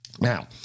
now